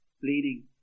bleeding